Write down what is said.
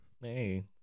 hey